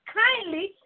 kindly